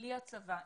בלי הצבא,